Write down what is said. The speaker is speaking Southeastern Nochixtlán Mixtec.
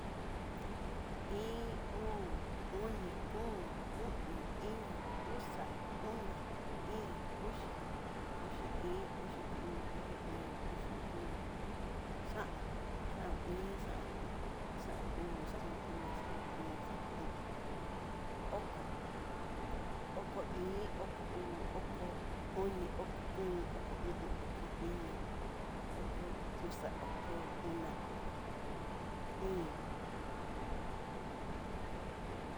Iin, uu, oni, ko, o'on, iño, uxa, ona, íín, uxi, uxi iin, uxi uu, uxi oni, uxi ko, xaon, xaun iin, xaun xaun uu, xaun oni, xaun ko, xaun o'on, oko, oko iin, oko uu, oko oni, oko kó, oko o'on, oko iño, oko uxa, oko ona, oko íín.